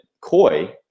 Koi